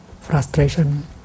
frustration